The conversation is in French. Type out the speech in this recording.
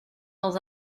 dans